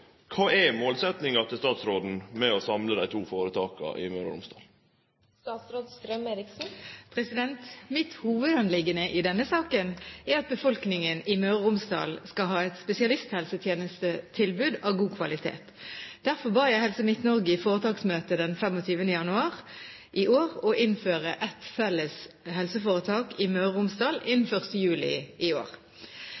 Kva er målsetjinga til statsråden med å samle dei to føretaka i Møre og Romsdal?» Mitt hovedanliggende i denne saken er at befolkningen i Møre og Romsdal skal ha et spesialisthelsetjenestetilbud av god kvalitet. Derfor ba jeg Helse Midt-Norge i foretaksmøtet den 25. januar i år å innføre ett felles helseforetak i